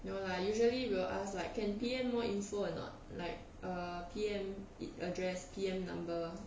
no lah usually we will ask like can give more info or not like err P_M address P_M number